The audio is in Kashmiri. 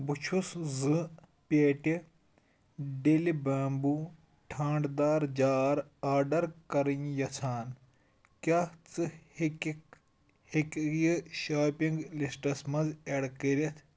بہٕ چھُس زٕ پیٹہِ ڈیٚلہِ بامبوٗ ٹھانٛڈٕ دار جار آڈر کرٕنۍ یژھان کیٛاہ ژٕ ہیٚکیٚکھ ہیٚکہٕ یہِ شاپنگ لسٹَس منٛز ایڈ کٔرِتھ